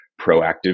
proactive